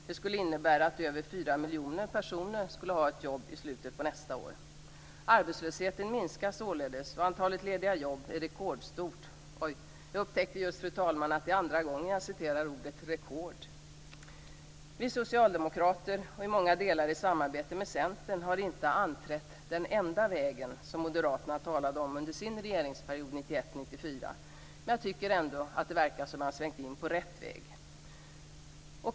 Det skulle innebära att över 4 miljoner personer kommer att ha ett jobb i slutet av nästa år. Arbetslösheten minskar således, och antalet jobb är rekordstort. Jag upptäckte just, fru talman, att jag det är andra gången jag använder ordet rekord. Vi socialdemokrater, i många delar i samarbete med Centern, har inte anträtt den enda vägen, som moderaterna talade om under sin regeringsperiod 1991-1994. Men jag tycker ändå att det verkar som att vi har svängt in på rätt väg.